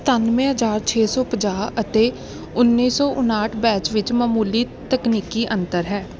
ਸਤਾਨਵੇਂ ਹਜ਼ਾਰ ਛੇ ਸੌ ਪੰਜਾਹ ਅਤੇ ਉੱਨੀ ਸੌ ਉਣਾਹਠ ਬੈਚ ਵਿੱਚ ਮਾਮੂਲੀ ਤਕਨੀਕੀ ਅੰਤਰ ਹੈ